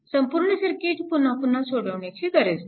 संपूर्ण सर्किट पुन्हा पुन्हा सोडवण्याची गरज नाही